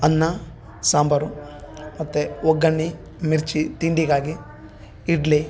ಅನ್ನ ಸಾಂಬಾರು ಮತ್ತು ಒಗ್ಗಣ್ಣೆ ಮಿರ್ಚಿ ತಿಂಡಿಗಾಗಿ ಇಡ್ಲಿ